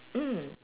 mm